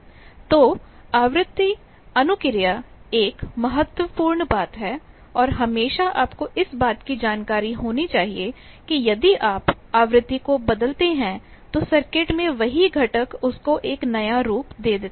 तो frequency response frequency responseआवृत्ति अनुक्रिया एक महत्वपूर्ण बात है और हमेशा आपको इस बात की जानकारी होनी चाहिए कि यदि आप आवृत्ति को बदलते हैं तो सर्किट के वही घटक उसको एक नया रूप दे देते हैं